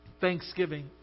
Thanksgiving